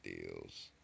deals